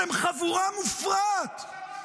אתם חבורה מופרעת.